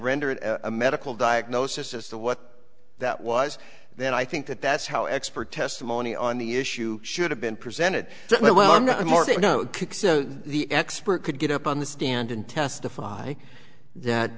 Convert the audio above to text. rendered a medical diagnosis as to what that was then i think that that's how expert testimony on the issue should have been presented so well i'm not a morning you know the expert could get up on the stand and testify that